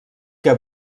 que